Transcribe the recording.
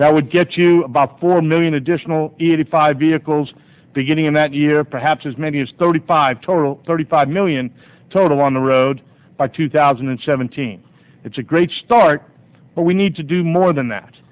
that would get you about four million additional eighty five vehicles beginning in that year perhaps as many as thirty five total thirty five million total on the road by tooth thousand and seventeen it's a great start but we need to do more than that